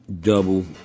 double